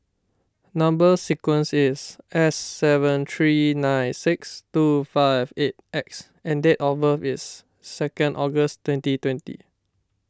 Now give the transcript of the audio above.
Number Sequence is S seven three nine six two five eight X and date of birth is second August twenty twenty